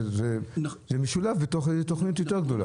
זה משולב בתוכנית גדולה יותר.